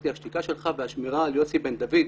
לי: "השתיקה שלך והשמירה על יוסי בן דוד,